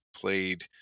played